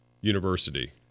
University